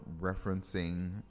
referencing